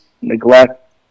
neglect